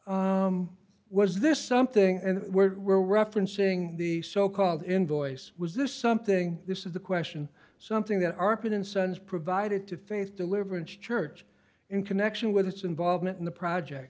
was this something and were referencing the so called invoice was this something this is the question something that are put in sons provided to face deliverance church in connection with its involvement in the project